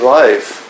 life